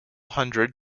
hundred